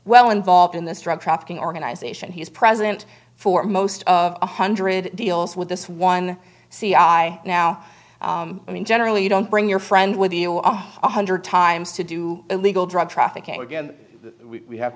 well involved in this drug trafficking organization he is president for most of one hundred deals with this one c i now i mean generally you don't bring your friend with you on one hundred times to do illegal drug trafficking again we have